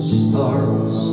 stars